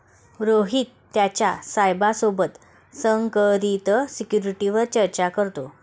रोहित त्याच्या साहेबा सोबत संकरित सिक्युरिटीवर चर्चा करतो